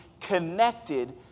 connected